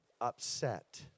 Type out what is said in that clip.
upset